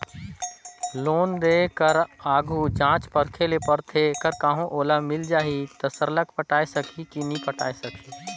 loan देय कर आघु जांचे परखे ले परथे कर कहों ओला मिल जाही ता सरलग पटाए सकही कि नी पटाए सकही